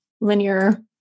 linear